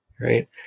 Right